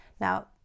Now